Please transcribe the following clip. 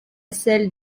celle